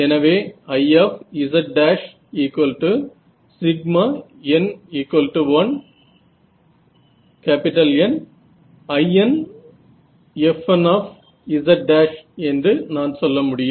எனவே Izn1NInFnz என்று நான் சொல்ல முடியும்